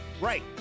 Right